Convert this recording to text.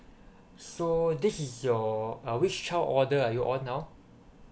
so this is your uh which child order are you own now